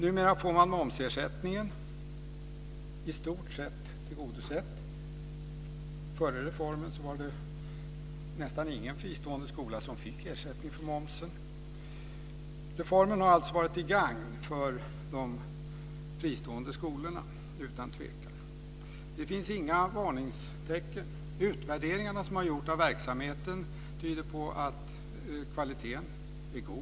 Numera får man i stort sett ersättningen för momsen. Före reformen var det nästan ingen fristående skola som fick ersättning för momsen. Reformen har alltså utan tvekan varit till gagn för de fristående skolorna. Det finns inga varningstecken. De utvärderingar som man har gjort av verksamheten tyder på att kvaliteten är god.